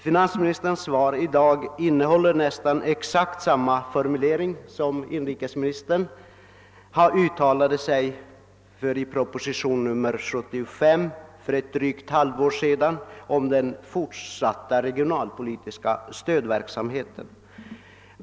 Finansministerns svar i dag innehåller nästan exakt samma formulering som den vilken inrikesministern uttalade i propositionen 75 för drygt ett halvår sedan om den fortsatta regionalpolitiska — stödverksamheten.